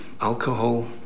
alcohol